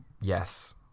Yes